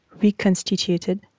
reconstituted